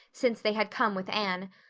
since they had come with anne,